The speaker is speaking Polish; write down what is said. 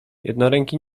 jednoręki